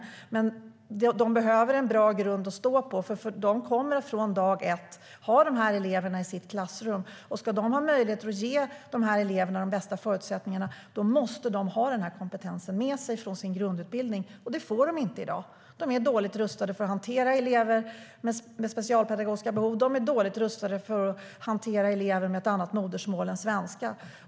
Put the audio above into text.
Lärarna behöver en bra grund att stå på, för de kommer från dag ett att ha de här eleverna i klassrummet. Ska de ha möjlighet att ge eleverna de bästa förutsättningarna måste de ha den här kompetensen med sig från sin grundutbildning. Det får de inte i dag. De är dåligt rustade för att hantera elever med specialpedagogiska behov, och de är dåligt rustade för att hantera elever med ett annat modersmål än svenska.